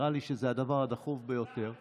נראה לי שזה הדבר הדחוף ביותר.